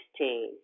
16